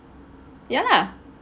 ya lah